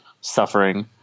suffering